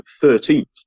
thirteenth